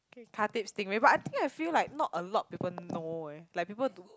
K Khatib stingray but I think I feel like not a lot people know eh like people don't